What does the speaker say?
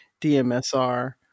DMSR